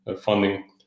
funding